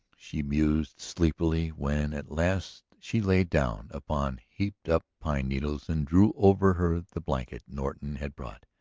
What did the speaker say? she mused sleepily when at last she lay down upon heaped-up pine-needles and drew over her the blanket norton had brought,